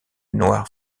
noires